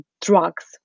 drugs